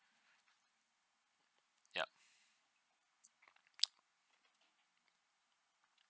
yup